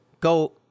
go